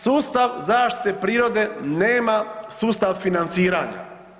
Sustav zaštite prirode nema sustav financiranja.